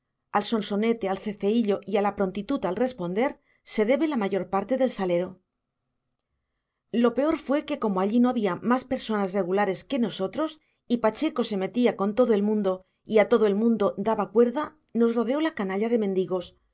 al sonsonete al ceceíllo y a la prontitud en responder se debe la mayor parte del salero lo peor fue que como allí no había más personas regulares que nosotros y pacheco se metía con todo el mundo y a todo el mundo daba cuerda nos rodeó la canalla de mendigos